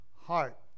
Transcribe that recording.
heart